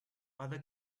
other